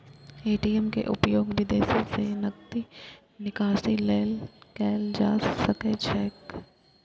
ATM के उपयोग विदेशो मे नकदी निकासी लेल कैल जा सकैत छैक